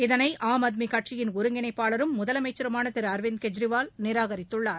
இதனை ஆம் ஆத்மி கட்சியின் ஒருங்கிணைப்பாளரும் முதலமச்சருமான திரு அரவிந்த் கெஜ்ரிவால் நிராகரித்துள்ளார்